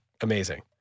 amazing